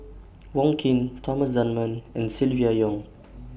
Wong Keen Thomas Dunman and Silvia Yong